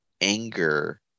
anger